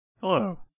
Hello